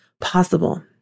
possible